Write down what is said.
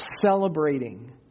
celebrating